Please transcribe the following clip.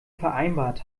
vereinbart